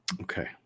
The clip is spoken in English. Okay